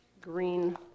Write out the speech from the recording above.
green